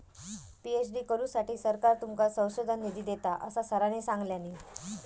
PhD करुसाठी सरकार तुमका संशोधन निधी देता, असा सरांनी सांगल्यानी